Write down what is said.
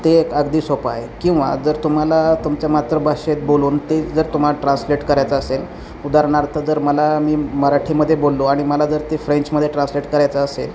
ते एक अगदी सोप आहे किंवा जर तुम्हाला तुमच्या मातृभाषेत बोलून ते जर तुम्हाला ट्रान्सलेट करायचं असेल उदाहरणार्थ जर मला मी मराठीमध्ये बोललो आणि मला जर ते फ्रेंचमध्ये ट्रान्सलेट करायचं असेल